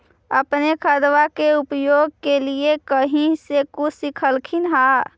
अपने खादबा के उपयोग के लीये कही से कुछ सिखलखिन हाँ?